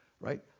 right